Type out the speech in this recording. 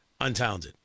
untalented